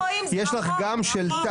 אנחנו לא רואים כי זה רחוק, רחוק.